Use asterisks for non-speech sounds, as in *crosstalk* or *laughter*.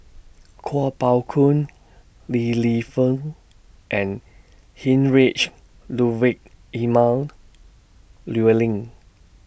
Kuo Pao Kun Li Lienfung and Heinrich Ludwig Emil *noise* Luering